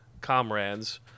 comrades